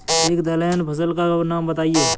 एक दलहन फसल का नाम बताइये